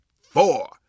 four